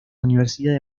universidad